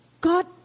God